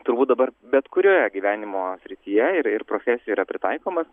turbūt dabar bet kurioje gyvenimo srityje yra ir profesijoj yra pritaikomas